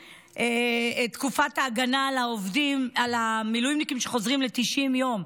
את תקופת ההגנה על המילואימניקים שחוזרים ל-90 יום,